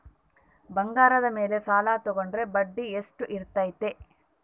ಬಂಗಾರದ ಮೇಲೆ ಸಾಲ ತೋಗೊಂಡ್ರೆ ಬಡ್ಡಿ ಎಷ್ಟು ಇರ್ತೈತೆ?